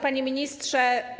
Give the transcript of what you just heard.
Panie Ministrze!